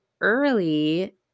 early